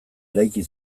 eraiki